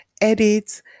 edit